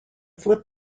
flip